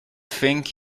think